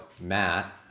Matt